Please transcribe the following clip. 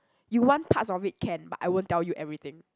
you want parts of it can but I won't tell you everything